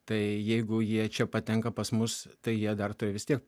tai jeigu jie čia patenka pas mus tai jie dar turi vis tiek